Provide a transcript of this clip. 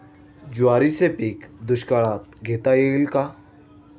ज्वारीचे पीक दुष्काळात घेता येईल का?